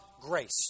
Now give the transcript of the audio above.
grace